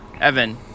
Evan